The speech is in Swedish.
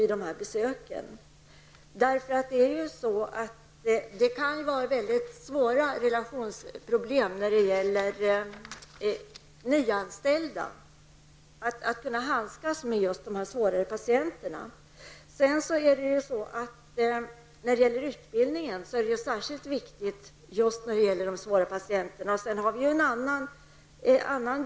Det kan finnas svåra problem med relationer och nyanställdas förmåga att kunna handskas med just dessa svårare patienter. Det är särskilt viktigt med utbildning när det gäller de vårdkrävande patienterna.